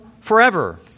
forever